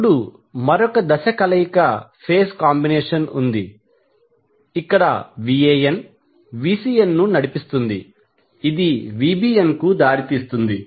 ఇప్పుడు మరొక దశ కలయికఫేజ్ కాంబినేషన్ ఉంది ఇక్కడ Van Vcn ను నడిపిస్తుంది ఇది Vbnకి దారితీస్తుంది